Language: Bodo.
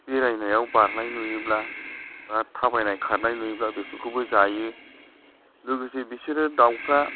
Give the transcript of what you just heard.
बेरायनायाव बारनाय नुयोब्ला आरो थाबायनाय खारनाय नुयोब्ला बेफोरखौबो जायो लोगोसे बिसोरो दाउफ्रा